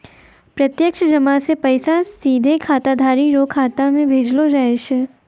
प्रत्यक्ष जमा से पैसा सीधे खाताधारी रो खाता मे भेजलो जाय छै